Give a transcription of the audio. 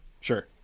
Sure